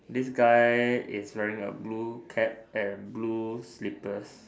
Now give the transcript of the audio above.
this guy is wearing a blue cap and blue slippers